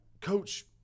Coach